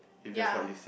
ya